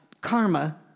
karma